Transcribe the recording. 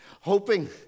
hoping